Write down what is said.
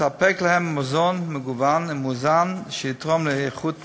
מזון מגוון ומאוזן שיתרום לאיכות חייהם.